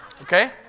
Okay